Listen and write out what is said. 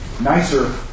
nicer